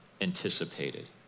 anticipated